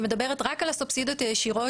אני מדברת רק על הסובסידיות הישירות